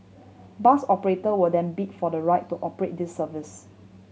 bus operator will then bid for the right to operate these service